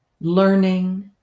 learning